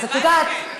את יודעת,